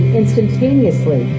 instantaneously